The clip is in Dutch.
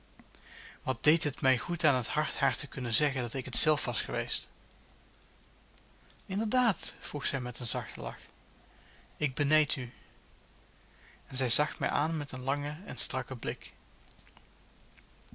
wat deed het mij goed aan het hart haar te kunnen zeggen dat ik het zelf was geweest inderdaad vroeg zij met een zachten lach ik benijd u en zij zag mij aan met een langen en strakken blik